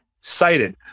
cited